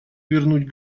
вернуть